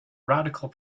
radical